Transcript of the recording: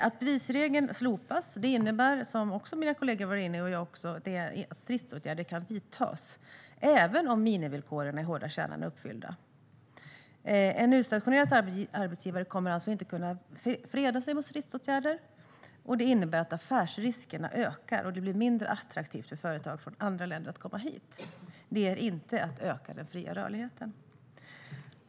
Att bevisregeln slopas innebär, som mina kollegor och även jag har varit inne på, att stridsåtgärder kan vidtas även om minimivillkoren i den hårda kärnan är uppfyllda. En utstationerad arbetsgivare kommer alltså inte att kunna freda sig mot stridsåtgärder, och det innebär att affärsriskerna ökar. Det blir mindre attraktivt för företag från andra länder att komma hit. Det är inte att öka den fria rörligheten.